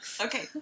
Okay